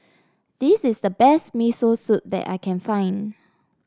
this is the best Miso Soup that I can find